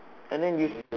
and then this